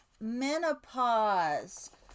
menopause